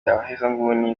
abahezanguni